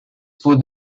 put